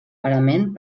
parament